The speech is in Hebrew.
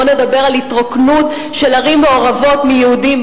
בוא נדבר על התרוקנות של ערים מעורבות מיהודים,